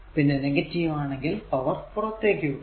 പിന്നെ നെഗറ്റീവ് ആണെങ്കിൽ പവർ പുറത്തേക്കു വിടുന്നു